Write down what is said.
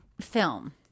film